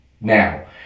Now